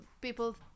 people